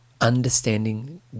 Understanding